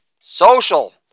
social